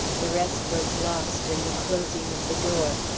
the rest was lost in the closing of the door.